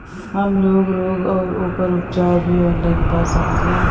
हमलोग रोग अउर ओकर उपचार भी ऑनलाइन पा सकीला?